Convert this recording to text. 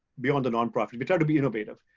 beyond the nonprofit, we try to be innovative.